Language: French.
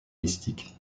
mystique